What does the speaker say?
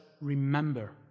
remember